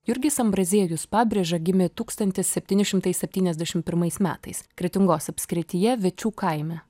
jurgis ambraziejus pabrėža gimė tūkstantis septyni šimtai septyniasdešimt pirmais metais kretingos apskrityje vyčių kaime